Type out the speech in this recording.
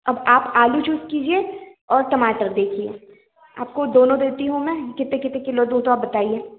अब आप आलू चूज़ कीजिए और टमाटर देखिए आपको दोनों देती हूँ मैं कितने कितने किलो हूँ आप बताइये